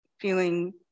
feeling